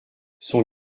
son